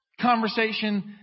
conversation